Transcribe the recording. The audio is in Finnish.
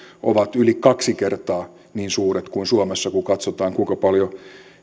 ovat yli kaksi kertaa niin suuret kuin suomessa kun katsotaan kuinka paljon